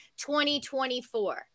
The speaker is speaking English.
2024